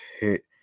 hit